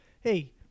Hey